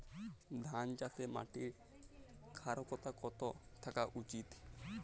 ধান চাষে মাটির ক্ষারকতা কত থাকা উচিৎ?